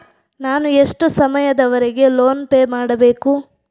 ನಾನು ಎಷ್ಟು ಸಮಯದವರೆಗೆ ಲೋನ್ ಪೇ ಮಾಡಬೇಕು?